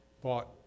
bought